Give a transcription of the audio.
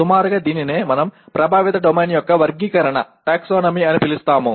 సుమారుగా దీనినే మనం ప్రభావిత డొమైన్ యొక్క వర్గీకరణ అని పిలుస్తాము